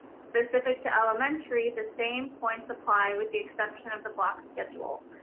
specific to elementary, the same points apply with the exception of the block schedule.